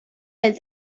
del